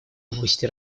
области